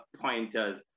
pointers